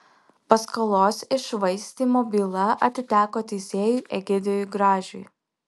paskolos iššvaistymo byla atiteko teisėjui egidijui gražiui